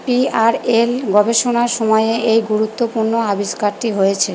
PRL গবেষণার সময়ে এই গুরুত্বপূর্ণ আবিষ্কারটি হয়েছে